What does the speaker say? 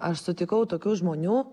aš sutikau tokių žmonių